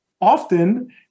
often